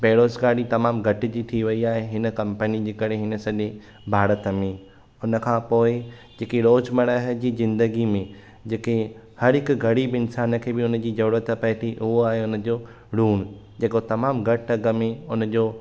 बेरोज़गारी तमामु घटि जी थी वई आहे हिन कंपनी जे करे हिन सॼे भारत में हुन खां पोइ जेकी रोज़मरह जी ज़िंदगी में जेके हर हिकु ग़रीब इंसान खे बि हुन जी ज़रूरत पए थी उहो आहे हुन जो लूणु जेको तमामु घटि अघ में हुन जो